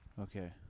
Okay